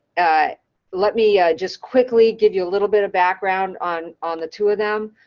let me just quickly give you a little bit of background on on the two of them.